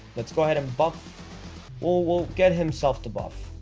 let's go ahead and buff well we'll get himself to buff